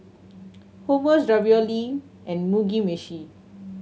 Hummus Ravioli and Mugi Meshi